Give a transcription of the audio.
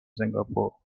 singapore